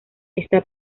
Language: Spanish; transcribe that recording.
esta